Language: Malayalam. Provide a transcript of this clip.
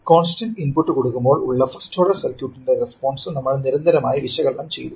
കോൺസ്റ്റന്റ് ഇൻപുട് കൊടുക്കുമ്പോൾ ഉള്ള ഫസ്റ്റ് ഓർഡർ സർക്യുട്ടിന്റെ റെസ്പോൺസ് നമ്മൾ നിരന്തരമായി വിശകലനം ചെയ്തു